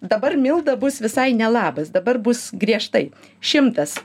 dabar milda bus visai ne labas dabar bus griežtai šimtas